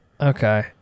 Okay